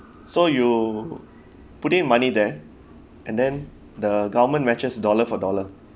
so you put in money there and then the government matches dollar for dollar